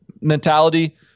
mentality